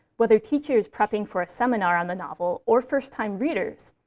whether teachers prepping for a seminar on the novel or first-time readers,